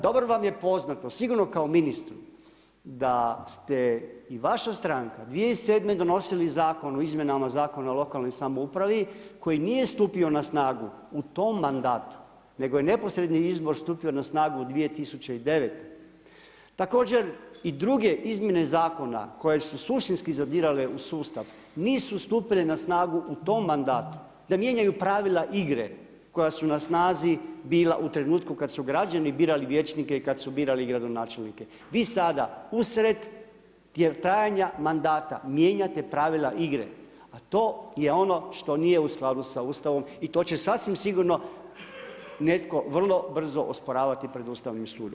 Dobro vam je poznato sigurno kao ministru da ste i vaša stranka 2007. donosili Zakon o izmjenama Zakona o lokalnoj samoupravi koji nije stupio na snagu u tom mandatu nego je neposredni izbor stupio na snagu 2009., također i druge izmjene zakona koje su suštinski zadirale u sustav nisu stupile na snagu u tom mandatu, da mijenjaju pravila igre koja su na snazi bila u trenutku kada su građani birali vijećnike i kada su birali gradonačelnike, vi sada usred trajanja mandata mijenjate pravila igre, a to je ono što nije u skladu sa Ustavom i to će sasvim sigurno netko vrlo brzo osporavati pred Ustavnim sudom.